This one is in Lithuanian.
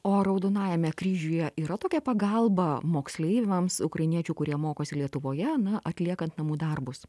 o raudonajame kryžiuje yra tokia pagalba moksleiviams ukrainiečių kurie mokosi lietuvoje na atliekant namų darbus